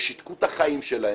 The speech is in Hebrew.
ששיתקו את החיים שלהם,